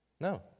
No